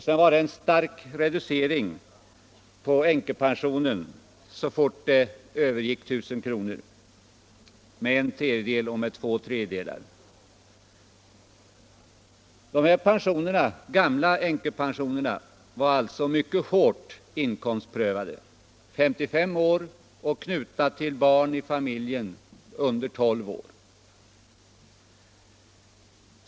Sedan reducerades änkepensionen starkt så fort inkomsten översteg 1000 kr. — med en tredjedel eller två tredjedelar. Dessa gamla änkepensioner var alltså mycket hårt inkomstprövade, och de var knutna till barn i familjen under 12 år.